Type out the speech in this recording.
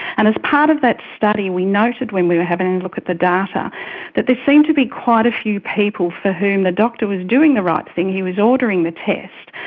and as part of that study we noted when we were having a look at the data that there seemed to be quite a few people for whom the doctor was doing the right thing, he was ordering the test,